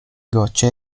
goccie